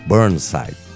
Burnside